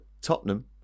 Tottenham